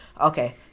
Okay